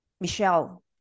Michelle